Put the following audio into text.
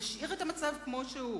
נשאיר את המצב כמו שהוא,